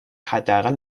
حداقل